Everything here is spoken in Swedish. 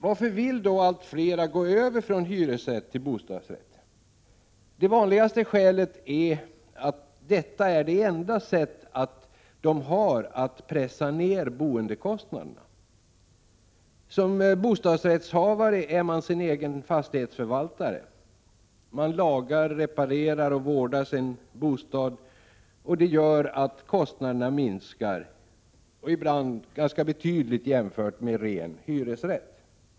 Varför vill då allt fler gå över från hyresrätt till bostadsrätt? Det vanligaste skälet är att det är det enda sättet att pressa ner boendekostnaderna. Som bostadsrättshavare är man sin egen fastighetsförvaltare. Man lagar, reparerar och vårdar sin bostad, och det gör att kostnaderna minskar, ibland påtagligt jämfört med kostnaderna för ren hyresrätt.